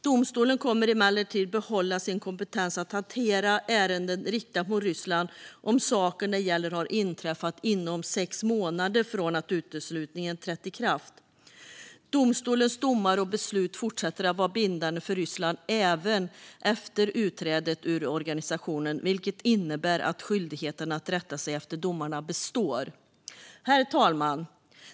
Domstolen kommer emellertid att behålla sin kompetens att hantera ärenden riktade mot Ryssland om saken som det gäller har inträffat inom sex månader från att uteslutningen trätt i kraft. Domstolens domar och beslut fortsätter att vara bindande för Ryssland även efter utträdet ur organisationen, vilket innebär att skyldigheten att rätta sig efter domarna består. Herr talman!